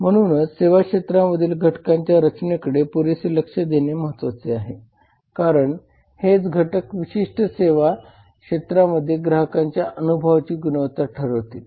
म्हणूनच सेवा क्षेत्रामधील घटकांच्या रचनेकडे पुरेसे लक्ष देणे महत्वाचे आहे कारण हेच घटक विशिष्ट सेवा क्षेत्रामध्ये ग्राहकांच्या अनुभवाची गुणवत्ता ठरवतील